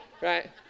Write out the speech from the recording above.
right